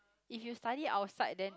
if you study outside then